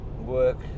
work